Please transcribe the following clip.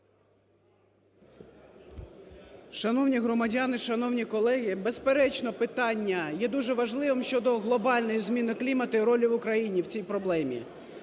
Шановні громадяни, шановні колеги. Безперечно питання є дуже важливим щодо глобальної зміни клімату і ролі України в цій проблемі.